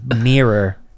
mirror